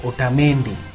Otamendi